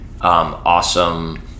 awesome